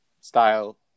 style